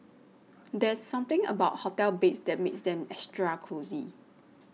there's something about hotel beds that makes them extra cosy